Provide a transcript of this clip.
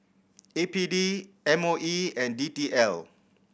A P D M O E and D T L